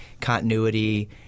continuity